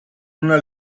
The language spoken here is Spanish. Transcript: una